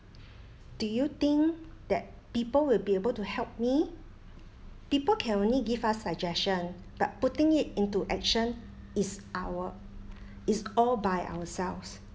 do you think that people will be able to help me people can only give us suggestion but putting it into action is our is all by ourselves